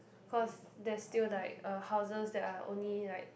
cause there's still like uh houses that are only like